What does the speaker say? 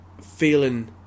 feeling